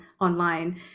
online